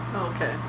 Okay